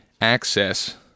access